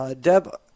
Deb